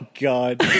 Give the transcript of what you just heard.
God